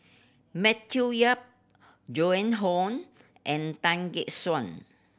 Matthew Yap Joan Hon and Tan Gek Suan